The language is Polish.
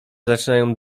zaczynają